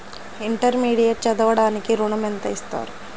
Intermediate చదవడానికి ఋణం ఎంత ఇస్తారు?